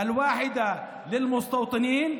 אפרטהייד זה שלטון הפרדה גזענית,